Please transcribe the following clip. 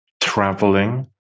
traveling